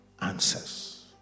answers